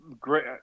great